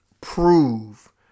prove